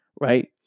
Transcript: right